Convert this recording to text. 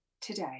today